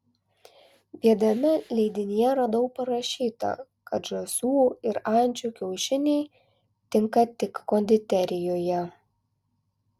viename leidinyje radau parašyta kad žąsų ir ančių kiaušiniai tinka tik konditerijoje